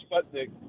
Sputnik